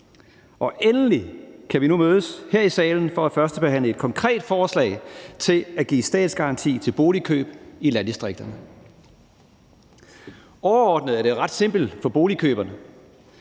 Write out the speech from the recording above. Endelig kan vi nu mødes her i salen for at førstebehandle et konkret forslag til at give statsgaranti til boligkøb i landdistrikterne. Overordnet er det ret simpelt for boligkøberne.